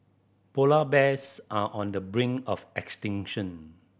polar bears are on the brink of extinction